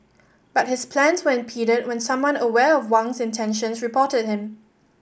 but his plans were impeded when someone aware of Wang's intentions reported him